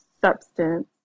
substance